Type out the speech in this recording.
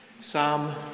Psalm